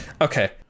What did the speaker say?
Okay